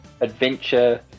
adventure